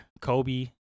kobe